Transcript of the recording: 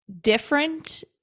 different